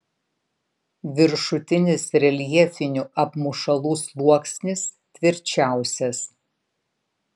viršutinis reljefinių apmušalų sluoksnis tvirčiausias